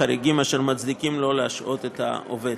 חריגים אשר מצדיקים שלא להשעות את העובד.